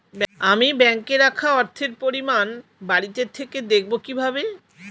আমি ব্যাঙ্কে রাখা অর্থের পরিমাণ বাড়িতে থেকে দেখব কীভাবে?